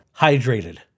hydrated